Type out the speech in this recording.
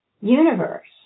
universe